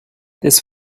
this